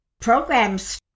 programs